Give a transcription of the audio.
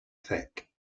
thick